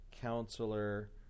Counselor